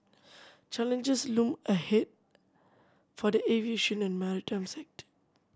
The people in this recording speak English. challenges loom ahead for the aviation and maritime sector